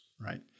right